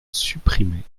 supprimé